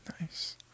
Nice